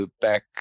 back